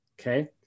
Okay